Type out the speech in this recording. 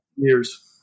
years